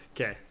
Okay